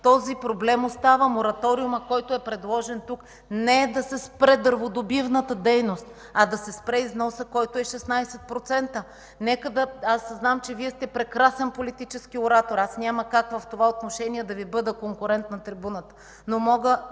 Този проблем остава. Мораториумът, предложен тук, не е да се спре дърводобивната дейност, а да се спре износът, който е 16%. Знам, че Вие сте прекрасен политически оратор – няма как в това отношение да Ви бъда конкурент на трибуната.